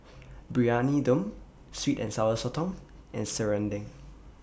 Briyani Dum Sweet and Sour Sotong and Serunding